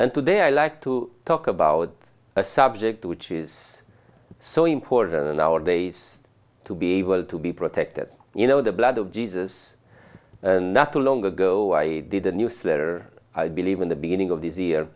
and today i like to talk about a subject which is so important in our days to be able to be protected you know the blood of jesus not too long ago i did a newsletter i believe in the beginning of this year